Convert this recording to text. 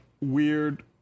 weird